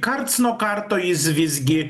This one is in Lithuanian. karts nuo karto jis visgi